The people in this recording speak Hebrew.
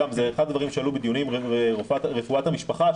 זה אחד הדברים שעלו בדיונים ורפואת המשפחה,